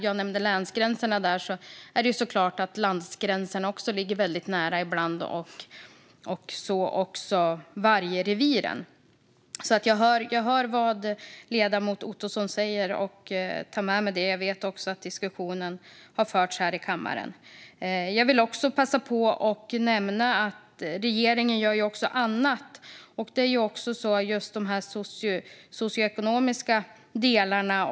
Jag nämnde länsgränserna, men det är klart att vargreviren ibland också ligger väldigt nära landsgränserna. Jag hör vad ledamoten Ottosson säger och tar med mig det. Jag vet också att den här diskussionen har förts här i kammaren. Jag vill passa på att nämna att regeringen också gör annat, till exempel när det gäller de socioekonomiska delarna.